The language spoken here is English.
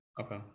Okay